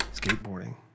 Skateboarding